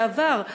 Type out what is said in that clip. בעבר,